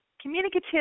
communicative